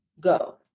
go